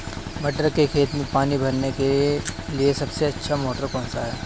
मटर के खेत में पानी भरने के लिए सबसे अच्छा मोटर कौन सा है?